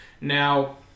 Now